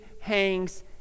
hangs